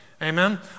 Amen